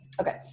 Okay